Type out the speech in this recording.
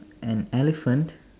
an elephant